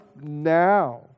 now